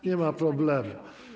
Nie ma problemu.